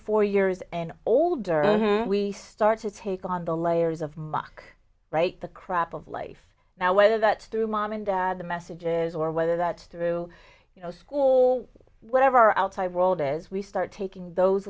four years and older we start to take on the layers of muck break the crap of life now whether that's through mom and the messages or whether that's through you know school whatever outside world is we start taking those